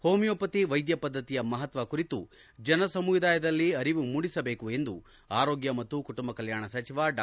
homeopathy ವೈದ್ಯ ಪದ್ಧತಿಯ ಮಹತ್ವ ಕುರಿತು ಜನ ಸಮುದಾಯದಲ್ಲಿ ಅರಿವು ಮೂಡಿಸಬೇಕು ಎಂದು ಆರೋಗ್ಯ ಮತ್ತು ಕುಟುಂಬ ಕಲ್ಕಾಣ ಸಚಿವ ಡಾ